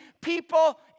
people